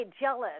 jealous